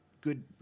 good